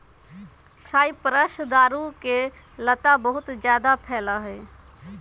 cypress दारू के लता बहुत जादा फैला हई